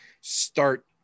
start